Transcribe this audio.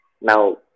Now